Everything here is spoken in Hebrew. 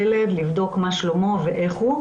לבדוק מה שלומו של כל ילד וילד.